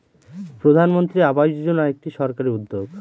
প্রধানমন্ত্রী আবাস যোজনা একটি সরকারি উদ্যোগ